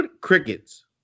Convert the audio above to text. crickets